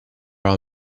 our